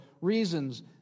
reasons